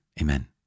Amen